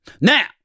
Now